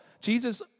Jesus